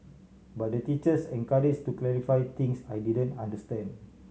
but the teachers encourages to clarify things I didn't understand